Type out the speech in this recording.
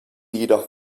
jedoch